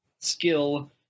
skill